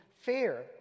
fair